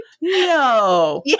No